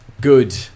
Good